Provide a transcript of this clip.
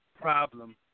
problem